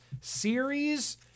Series